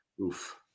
Oof